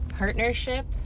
partnership